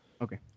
Okay